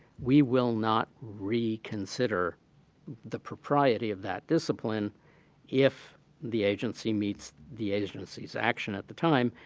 we will not reconsider the propriety of that discipline if the agency meets the agency's action at the time,